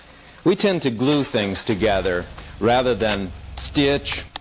we tend to glue things together rather than stitch,